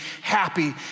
happy